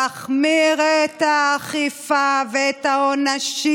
להחמיר את האכיפה ואת העונשים.